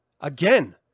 again